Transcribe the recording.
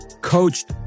coached